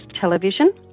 Television